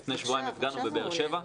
לפני שבועיים הפגנו בבאר שבע.